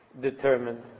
determined